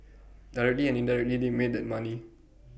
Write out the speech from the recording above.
directly and indirectly they made that money